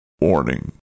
Warning